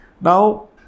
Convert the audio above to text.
Now